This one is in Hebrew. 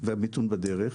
והמיתון בדרך.